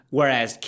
Whereas